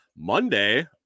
Monday